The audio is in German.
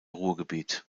ruhrgebiet